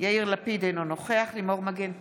יאיר לפיד, אינו נוכח לימור מגן תלם,